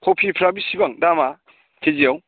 कबिफ्रा बेसेबां दामा खेजियाव